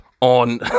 on